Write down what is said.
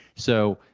so,